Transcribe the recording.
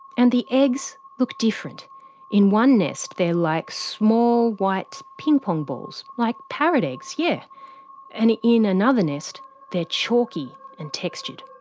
and the eggs look different in one nest they're like small white ping pong balls like parrot eggs, yeah and in another nest they're chalky and textured.